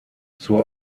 zur